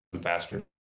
faster